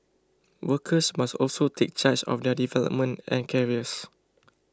workers must also take charge of their development and careers